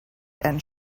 and